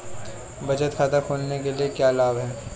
बचत खाता खोलने के क्या लाभ हैं?